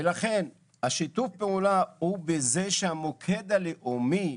שיתוף הפעולה הוא בזה שהמוקד הלאומי,